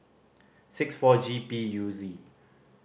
six four G P U Z